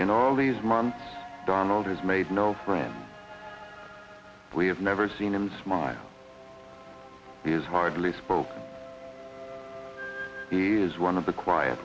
in all these months donald has made no friends we have never seen him smile he is hardly spoke he is one of the quiet